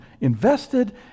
invested